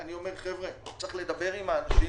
אני אומר, חבר'ה, צריך לדבר עם האנשים